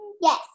Yes